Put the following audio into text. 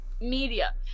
media